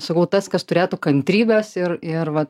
sakau tas kas turėtų kantrybės ir ir va